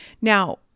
Now